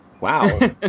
wow